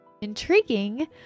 intriguing